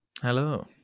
Hello